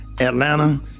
atlanta